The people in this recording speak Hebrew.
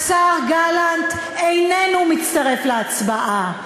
השר גלנט איננו מצטרף להצבעה,